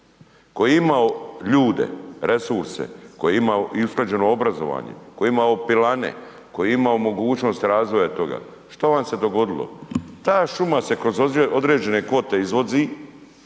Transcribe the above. koji je imao ljude, resurse, koji je imao i usklađeno obrazovanje, koji je imao pilane, koji je imao mogućnost razvoja toga, što vam se dogodilo, ta šuma se kroz određene kvote izvozi,